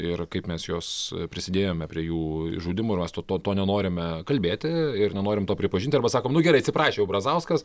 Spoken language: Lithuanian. ir kaip mes juos prisidėjome prie jų išžudymo ir mes to to nenorime kalbėti ir nenorim to pripažinti arba sakom nu gerai atsiprašė brazauskas